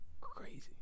crazy